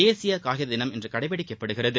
தேசிய காகித தினம் இன்று கடைபிடிக்கப்படுகிறது